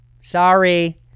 sorry